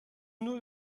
nur